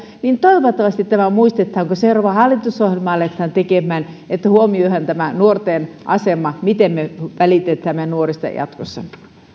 niin toivottavasti tämä muistetaan kun seuraavaa hallitusohjelmaa aletaan tekemään eli huomioidaan tämä nuorten asema miten me välitämme meidän nuoristamme jatkossa